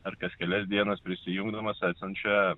ar kas kelias dienas prisijungdamas atsiunčia